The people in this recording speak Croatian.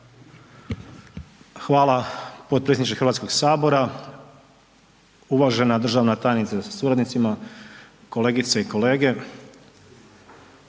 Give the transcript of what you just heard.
Hvala potpredsjedniče Hrvatskog sabora. Uvažena državna tajnice sa suradnicima, kolegice i kolege.